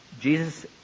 Jesus